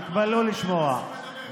תתפלאו לשמוע,